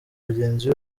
bagenzi